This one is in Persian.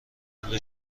پول